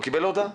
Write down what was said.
הוא קיבל הודעה.